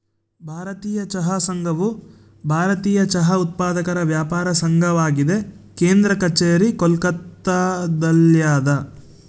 ಭಾರತೀಯ ಚಹಾ ಸಂಘವು ಭಾರತೀಯ ಚಹಾ ಉತ್ಪಾದಕರ ವ್ಯಾಪಾರ ಸಂಘವಾಗಿದೆ ಕೇಂದ್ರ ಕಛೇರಿ ಕೋಲ್ಕತ್ತಾದಲ್ಯಾದ